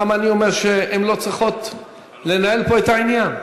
למה אני אומר שהן לא צריכות לנהל פה את העניין?